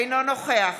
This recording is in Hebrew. אינו נוכח